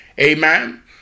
Amen